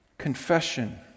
Confession